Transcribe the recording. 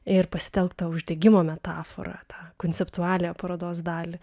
ir pasitelkt tą uždegimo metaforą tą konceptualią parodos dalį